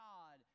God